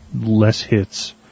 less-hits